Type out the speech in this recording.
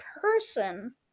person